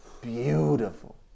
beautiful